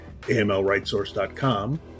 amlrightsource.com